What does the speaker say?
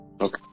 okay